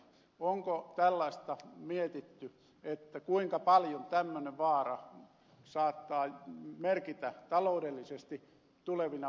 onko tällaista mietitty kuinka paljon tämmöinen vaara saattaa merkitä taloudellisesti tulevina vuosina